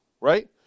Right